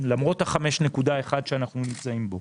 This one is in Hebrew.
למרות ה-5.1 שאנחנו נמצאים בו,